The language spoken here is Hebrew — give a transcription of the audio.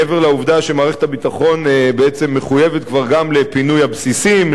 מעבר לעובדה שמערכת הביטחון מחויבת כבר גם לפינוי הבסיסים,